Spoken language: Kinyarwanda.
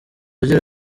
agira